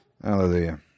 Hallelujah